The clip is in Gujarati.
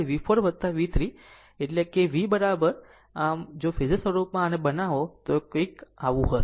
આમ VV4 V3 કે V આમ જો ફેઝર સ્વરૂપમાં જો તેને બનાવો તો તે આ કંઈક હશે